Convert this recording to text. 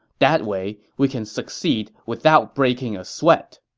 that way, we can succeed without breaking a sweat.